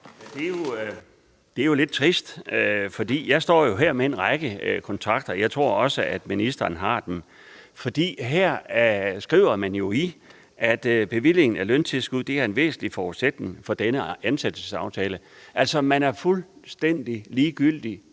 Det er lidt trist, for jeg står jo her med en række kontrakter. Jeg tror også, ministeren har dem. Heri skriver man, at bevilling af løntilskud er en væsentlig forudsætning for denne ansættelsesaftale. Altså, man er fuldstændig ligeglad